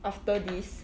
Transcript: after this